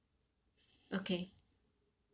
okay